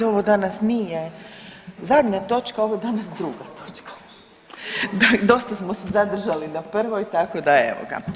Ovo danas nije zadnja točka, ovo je danas druga točka, dosta smo se zadržali na prvoj, tako da evo ga.